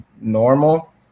normal